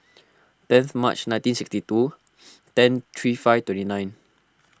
tenth March nineteen sixty two ten three five twenty nine